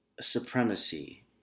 supremacy